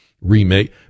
remake